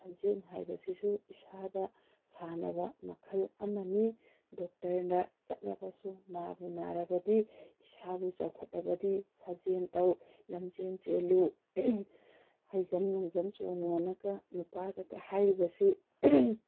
ꯁꯥꯖꯦꯜ ꯍꯥꯏꯕꯁꯤꯁꯨ ꯏꯁꯥꯗ ꯁꯥꯟꯅꯕ ꯃꯈꯜ ꯑꯃꯅꯤ ꯗꯣꯛꯇꯔꯗ ꯆꯠꯂꯒꯁꯨ ꯅꯥꯕꯨ ꯅꯥꯔꯕꯗꯤ ꯏꯁꯥꯕꯨ ꯆꯥꯎꯈꯠꯂꯕꯗꯤ ꯁꯥꯖꯦꯜ ꯇꯧ ꯂꯝꯖꯦꯟ ꯆꯦꯜꯂꯨ ꯍꯥꯏ ꯖꯝ ꯂꯣꯡ ꯖꯝ ꯆꯣꯡꯉꯨꯅꯒ ꯅꯨꯄꯥꯗꯒ ꯍꯥꯏꯔꯤꯕꯁꯤ